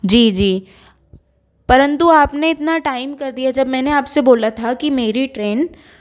जी जी परन्तु आपने इतना टाइम कर दिया जब मैंने आपसे बोल था कि मेरी ट्रेन